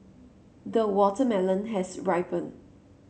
the watermelon has ripened